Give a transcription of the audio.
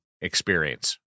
experience